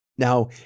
Now